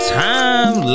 time